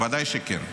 בוודאי שכן.